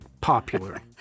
popular